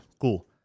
cool